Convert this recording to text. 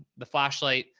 the flashlight,